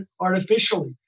artificially